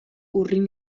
urrin